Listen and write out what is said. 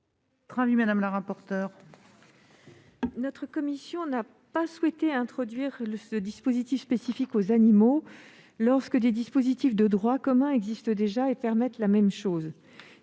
est l'avis de la commission ? Notre commission n'a pas souhaité introduire de dispositif spécifique aux animaux lorsque des dispositifs de droit commun existent déjà et permettent la même chose.